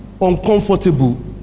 uncomfortable